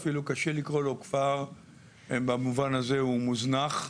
אפילו קשה לקרוא לו כפר במובן הזה שהוא מוזנח,